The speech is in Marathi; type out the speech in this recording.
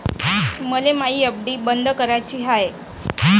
मले मायी एफ.डी बंद कराची हाय